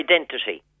identity